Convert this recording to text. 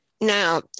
Now